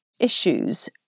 issues